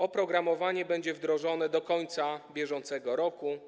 Oprogramowanie będzie wdrożone do końca bieżącego roku.